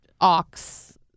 Ox